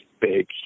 big